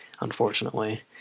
unfortunately